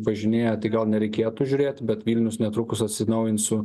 važinėja tai gal nereikėtų žiūrėt bet vilnius netrukus atsinaujins su